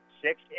Six